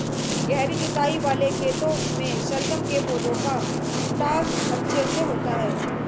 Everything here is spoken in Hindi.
गहरी जुताई वाले खेतों में शलगम के पौधे का फुटाव अच्छे से होता है